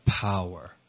power